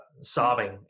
sobbing